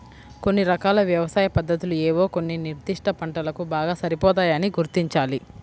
కొన్ని రకాల వ్యవసాయ పద్ధతులు ఏవో కొన్ని నిర్దిష్ట పంటలకు బాగా సరిపోతాయని గుర్తించాలి